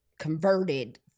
converted